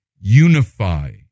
unify